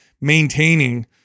maintaining